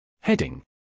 Heading